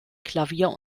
klavier